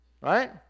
Right